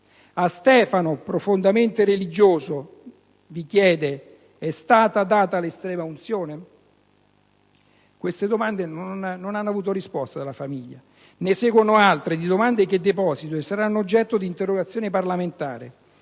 A Stefano, profondamente religioso, è stata data l'estrema unzione?». Queste domande non hanno avuto risposta per la famiglia. Ne seguono altre, di domande, che saranno oggetto di interrogazione parlamentare.